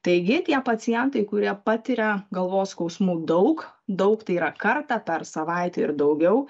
taigi tie pacientai kurie patiria galvos skausmų daug daug tai yra kartą per savaitę ir daugiau